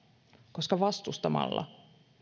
koska vastustamalla